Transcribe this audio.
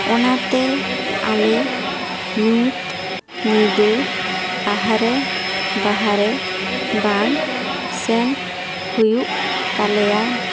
ᱚᱱᱟᱛᱮ ᱟᱞᱮ ᱧᱩᱸᱛ ᱧᱤᱫᱟᱹ ᱟᱦᱟᱨᱮ ᱵᱟᱦᱨᱮ ᱵᱟᱝ ᱥᱮᱱ ᱦᱩᱭᱩᱜ ᱛᱟᱞᱮᱭᱟ